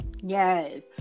Yes